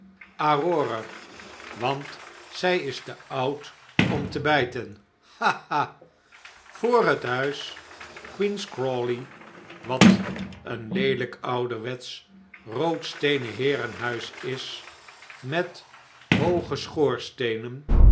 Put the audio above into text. want zij is te oud om te bijten ha ha voor het huis queen's crawley wat een leelijk ouderwetsch rood steenen heerenhuis is met